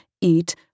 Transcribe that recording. eat